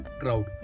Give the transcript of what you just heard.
crowd